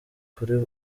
kuri